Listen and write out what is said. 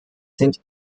sind